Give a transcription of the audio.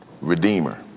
redeemer